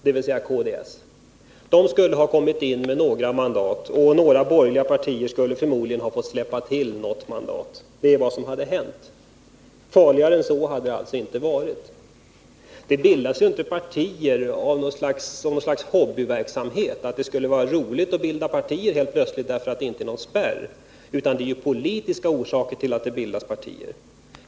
Det partiet skulle ha kommit in med några mandat, och ett par borgerliga partier skulle förmodligen ha fått släppa till några mandat. Det är vad som hade hänt. Farligare än så skulle det inte ha blivit. Partier bildas ju inte för att bedriva något slag av hobbyverksamhet eller för att det är roligt att göra det om det inte finns någon spärr. Nej, politiska partier bildas av politiska orsaker.